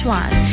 one